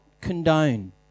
condone